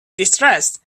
distressed